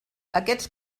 aquests